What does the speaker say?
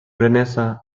renaissance